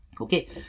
Okay